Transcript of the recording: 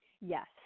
Yes